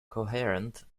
coherent